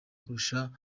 kurusha